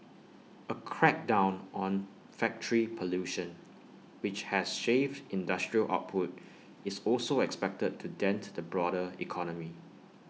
A crackdown on factory pollution which has shaved industrial output is also expected to dent the broader economy